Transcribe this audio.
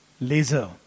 laser